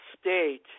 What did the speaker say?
state